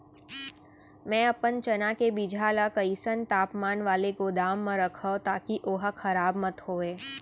मैं अपन चना के बीजहा ल कइसन तापमान वाले गोदाम म रखव ताकि ओहा खराब मत होवय?